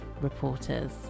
reporters